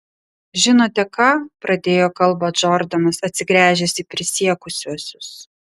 žinote ką pradėjo kalbą džordanas atsigręžęs į prisiekusiuosius